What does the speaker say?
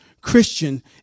Christian